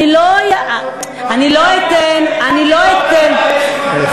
אני לא אתן, אני לא אתן, בוועדת הכספים.